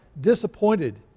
disappointed